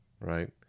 right